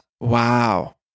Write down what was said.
wow